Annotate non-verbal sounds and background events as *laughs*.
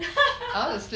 *laughs*